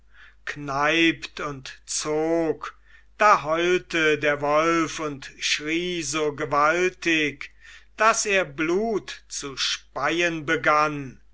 kneipt und zog da heulte der wolf und schrie so gewaltig daß er blut zu speien begann